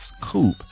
coupe